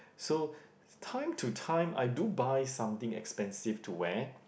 so time to time I do buy something expensive to wear